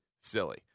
silly